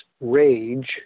rage